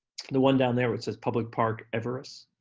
the one down there which says public park everus,